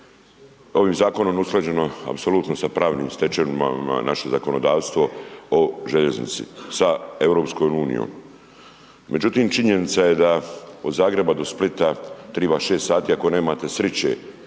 ovim zakonom usklađeno apsolutno sa pravnim stečevinama naše zakonodavstvo o željeznici sa EU. Međutim, činjenica je da od Zagreba do Splita triba 6 sati ako nemate sriće